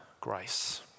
grace